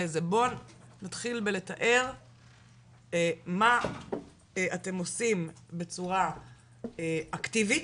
בוא נתחיל בלתאר מה אתם עושים בצורה אקטיבית,